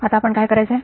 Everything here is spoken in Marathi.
आता आपण काय करायचं